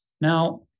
Now